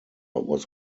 was